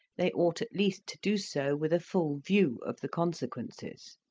they ought at least to do so with a full view of the consequences.